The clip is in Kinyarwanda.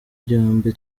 byombi